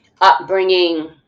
upbringing